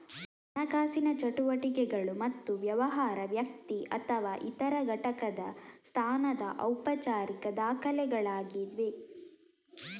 ಹಣಕಾಸಿನ ಚಟುವಟಿಕೆಗಳು ಮತ್ತು ವ್ಯವಹಾರ, ವ್ಯಕ್ತಿ ಅಥವಾ ಇತರ ಘಟಕದ ಸ್ಥಾನದ ಔಪಚಾರಿಕ ದಾಖಲೆಗಳಾಗಿವೆ